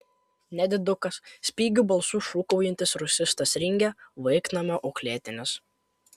nedidukas spigiu balsu šūkaujantis rusistas ringė vaiknamio auklėtinis